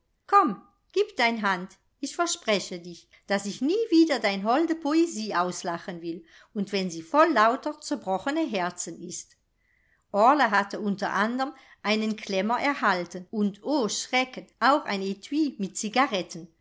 komm gieb dein hand ich verspreche dich daß ich nie wieder dein holde poesie auslachen will und wenn sie voll lauter zerbrochene herzen ist orla hatte unter anderm einen klemmer erhalten und o schrecken auch ein etui mit